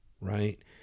right